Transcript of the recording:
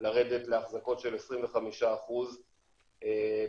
לרדת להחזקות של 25% בתמר,